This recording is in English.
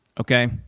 okay